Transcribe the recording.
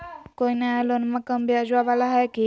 कोइ नया लोनमा कम ब्याजवा वाला हय की?